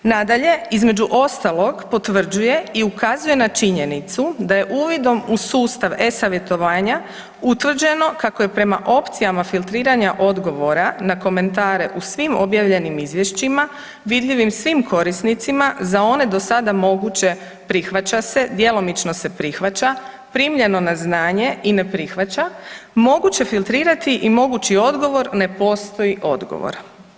Nadalje, između ostalog potvrđuje i ukazuje na činjenicu da je uvidom u sustav e-savjetovanja utvrđeno kako je prema opcijama filtriranja odgovora na komentare u svim objavljenim izvješćima vidljivim svim korisnicima za one do sada moguće „prihvaća se“, „djelomično se prihvaća“, „primljeno na znanje“ i „ne prihvaća“, moguće filtrirati i mogući odgovor „ne postoji odgovor“